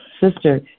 Sister